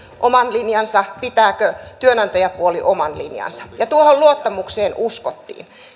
oman linjansa pitääkö työnantajapuoli oman linjansa ja tuohon luottamukseen uskottiin